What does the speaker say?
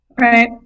right